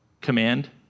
command